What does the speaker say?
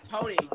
Tony